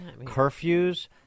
curfews